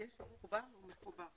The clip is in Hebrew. רישום מכר.